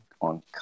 on